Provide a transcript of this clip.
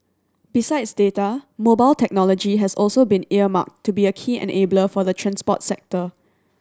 besides data mobile technology has also been earmarked to be a key enabler for the transport sector